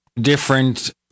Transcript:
different